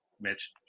Mitch